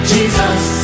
Jesus